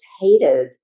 hated